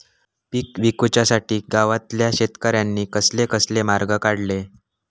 पीक विकुच्यासाठी गावातल्या शेतकऱ्यांनी कसले कसले मार्ग काढले?